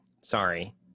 Sorry